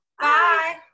Bye